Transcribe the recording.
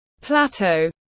plateau